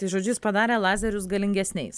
tai žodžiu jis padarė lazerius galingesniais